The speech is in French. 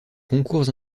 concours